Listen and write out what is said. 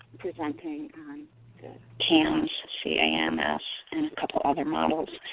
presenting on cams, c a m s, and a couple other models.